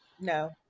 No